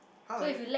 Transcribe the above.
!huh! like that